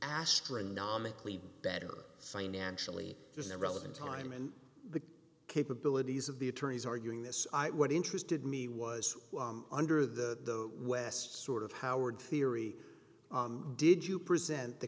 astronomically better financially in the relevant time and capabilities of the attorneys arguing this i what interested me was under the west sort of howard theory did you present the